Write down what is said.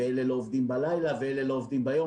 ואלה לא עובדים בלילה ואלה לא עובדים ביום.